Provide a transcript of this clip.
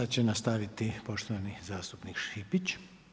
Sad će nastaviti poštovani zastupnik Šipić.